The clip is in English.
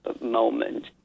moment